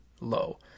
low